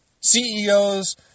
CEOs